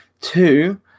Two